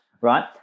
right